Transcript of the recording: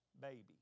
baby